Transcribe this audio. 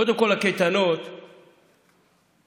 קודם כול, הקייטנות יתקיימו.